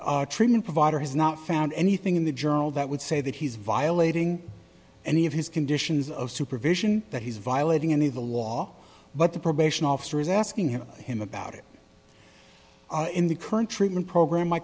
the treatment provider has not found anything in the journal that would say that he's violating any of his conditions of supervision that he's violating any of the law but the probation officer is asking him him about it in the current treatment program my